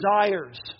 desires